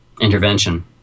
intervention